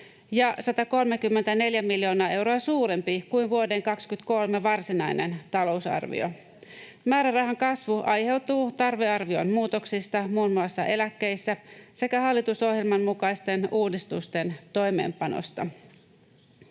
ja 134 miljoonaa euroa suurempi kuin vuoden 23 varsinainen talousarvio. Määrärahan kasvu aiheutuu tarvearvion muutoksista muun muassa eläkkeissä sekä hallitusohjelman mukaisten uudistusten toimeenpanosta.